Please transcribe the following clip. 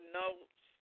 notes